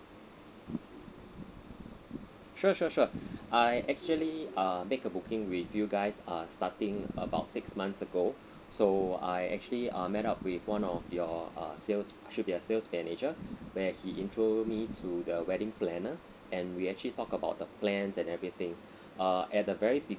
sure sure sure I actually uh make a booking with you guys uh starting about six months ago so I actually uh met up with one of your uh sales should be a sales manager where he intro me to the wedding planner and we actually talked about the plans and everything uh at the very beginning